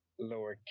lowercase